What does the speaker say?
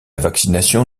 vaccination